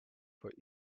for